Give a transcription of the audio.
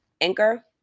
Anchor